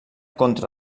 contra